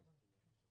כן.